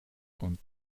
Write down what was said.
und